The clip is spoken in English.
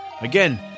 Again